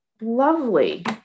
lovely